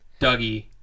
Dougie